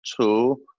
Two